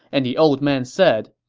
and the old man said,